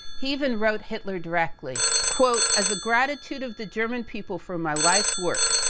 he even wrote hitler directly. quote, as the gratitude of the german people for my life's work,